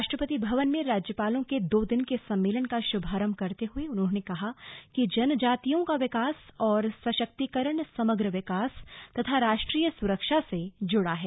राष्ट्रपति भवन में राज्यपालों के दो दिन के सम्मेलन का शुभारम्भ करते हुए उन्होंने कहा कि जनजातियों का विकास और सशक्तिकरण समग्र विकास तथा राष्ट्रीय सुरक्षा से जुड़ा है